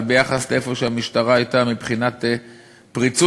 אבל ביחס למקום שהמשטרה הייתה מבחינת פריצוּת